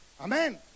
amen